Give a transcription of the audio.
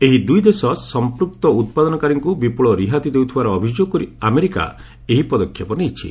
ଏହି ଦୁଇ ଦେଶ ସମ୍ପୁକ୍ତ ଉତ୍ପାଦନକାରୀଙ୍କୁ ବିପୁଳ ରିହାତି ଦେଉଥିବାର ଅଭିଯୋଗ କରି ଆମେରିକା ଏହି ପଦକ୍ଷେପ ନେଇଛି